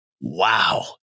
Wow